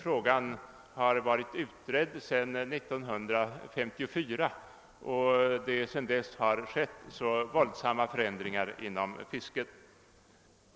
Frågan har inte varit utredd sedan 1954, och sedan dess har stora förändringar skett inom fisket.